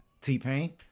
T-Pain